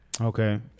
Okay